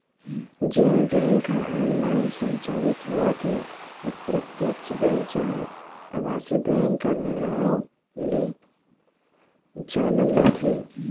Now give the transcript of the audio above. जेन बेंक ह ऑनलाईन संचालित होवत हे ल प्रत्यक्छ बेंक चहे अभासी बेंक कर नांव ले जानल जाथे